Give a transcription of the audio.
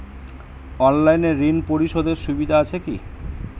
অনলাইনে ঋণ পরিশধের সুবিধা আছে কি?